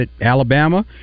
Alabama